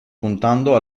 puntando